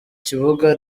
kibuga